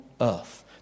earth